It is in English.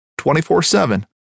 24-7